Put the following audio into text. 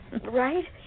right